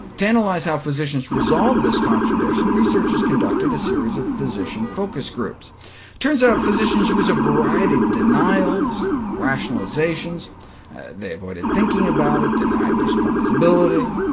to analyze how physicians resolve this contradiction, researchers conducted a series of physician focus groups. it turns out physicians use a variety of denials and rationalizations they avoided thinking about it, denied responsibility,